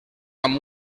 amb